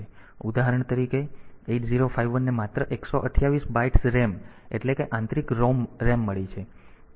ઉદાહરણ તરીકે 8051 ને માત્ર 128 બાઇટ્સ RAM એટલે કે આંતરિક RAM મળી છે